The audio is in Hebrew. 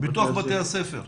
בתוך בתי הספר.